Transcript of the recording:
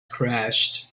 crashed